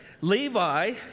Levi